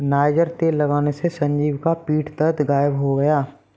niger तेल लगाने से संजीव का पीठ दर्द गायब हो गया